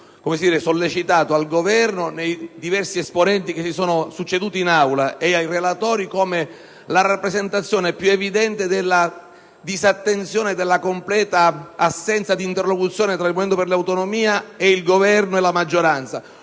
più volte sollecitato al Governo nei diversi esponenti che si sono succeduti in Aula e ai relatori, come la rappresentazione più evidente della disattenzione e della più completa assenza di interlocuzione tra il Movimento per le Autonomie, il Governo e la maggioranza.